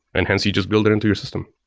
and hence you just build it into your system.